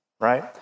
right